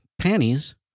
panties